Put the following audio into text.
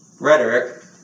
rhetoric